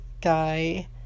guy